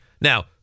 Now